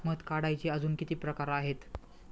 मध काढायचे अजून किती प्रकार आहेत?